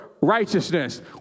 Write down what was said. righteousness